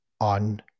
on